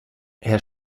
herr